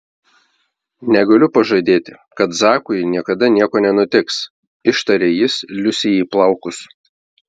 negaliu pažadėti kad zakui niekada nieko nenutiks ištarė jis liusei į plaukus